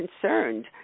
concerned